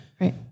Right